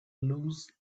lose